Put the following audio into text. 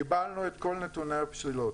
קיבלנו את כל נתוני הפסילות.